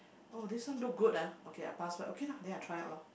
oh this one look good ah okay I pass by okay lah then I try out lah